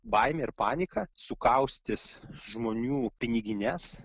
baimė ir panika sukaustys žmonių pinigines